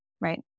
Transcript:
Right